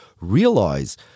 realize